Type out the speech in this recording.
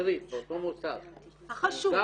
שהטריד באותו מוסד --- החשוד.